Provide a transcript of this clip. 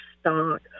stock